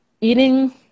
eating